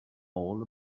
all